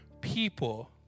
people